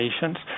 patients